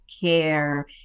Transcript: care